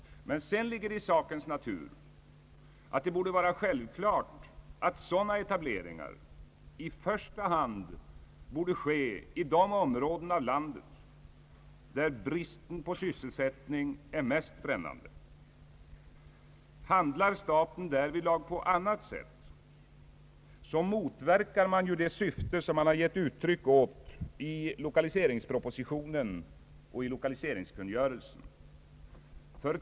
Sedan ligger det i sakens natur att det borde vara självklart att sådana etableringar i första hand bör ske i de områden av landet där bristen på sysselsättning är mest brännande. Handlar staten därvidlag på annat sätt motverkar man ju det syfte som man gett uttryck åt i lokaliseringspropositionen och i lokaliseringskungörelsen.